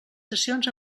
sessions